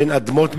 בין אדמות מדינה,